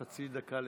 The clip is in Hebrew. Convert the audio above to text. חצי דקה לסיום.